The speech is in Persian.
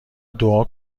دعا